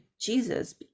Jesus